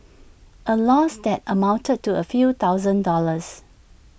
A loss that amounted to A few thousand dollars